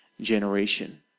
generation